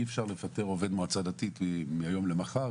אי-אפשר לפטר עובד מועצה דתית מהיום למחר,